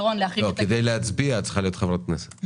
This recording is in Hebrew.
כדי להצביע את צריכה להיות חברת כנסת.